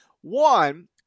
One